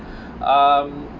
um